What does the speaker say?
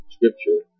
Scripture